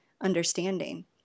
understanding